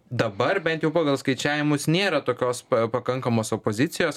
dabar bent jau pagal skaičiavimus nėra tokios pa pakankamos opozicijos